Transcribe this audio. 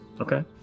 Okay